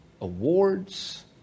awards